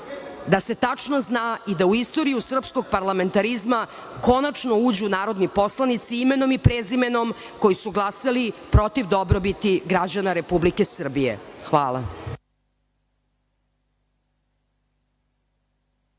da se tačno zna i da u istoriju srpskog parlamentarizma konačno uđu narodni poslanici imenom i prezimenom koji su glasali protiv dobrobiti građana Republike Srbije. Hvala.